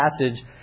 passage